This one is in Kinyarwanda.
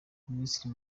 minisitiri